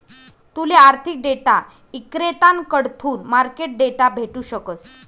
तूले आर्थिक डेटा इक्रेताकडथून मार्केट डेटा भेटू शकस